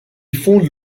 fonde